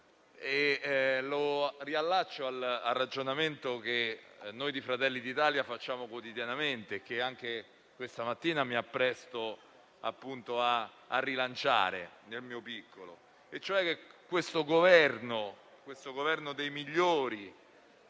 considerazioni al ragionamento che noi di Fratelli d'Italia facciamo quotidianamente, e che anche questa mattina mi appresto a rilanciare nel mio piccolo, e cioè che questo Governo di migliori,